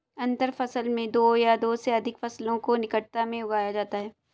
अंतर फसल में दो या दो से अघिक फसलों को निकटता में उगाया जाता है